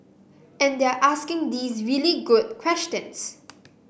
and they're asking these really good questions